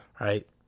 right